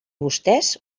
vostès